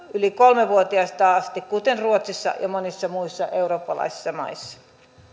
yli kolme vuotiaasta asti kuten ruotsissa ja monissa muissa eurooppalaisissa maissa